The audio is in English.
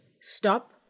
stop